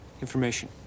Information